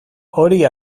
hori